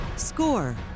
score